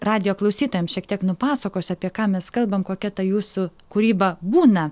radijo klausytojam šiek tiek nupasakosiu apie ką mes kalbam kokia ta jūsų kūryba būna